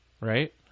right